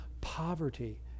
poverty